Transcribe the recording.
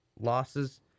losses